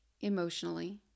emotionally